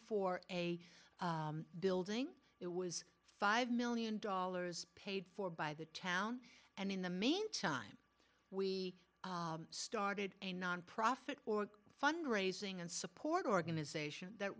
for a building it was five million dollars paid for by the town and in the meantime we started a nonprofit or a fund raising and support organisation that